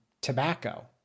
tobacco